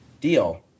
deal